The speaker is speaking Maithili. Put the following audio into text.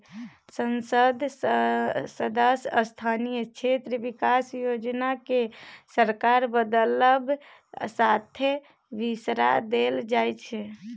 संसद सदस्य स्थानीय क्षेत्र बिकास योजना केँ सरकार बदलब साथे बिसरा देल जाइ छै